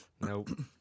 Nope